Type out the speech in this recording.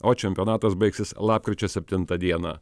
o čempionatas baigsis lapkričio septintą dieną